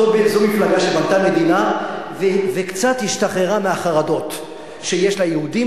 זו מפלגה שבנתה מדינה וקצת השתחררה מהחרדות שיש ליהודים,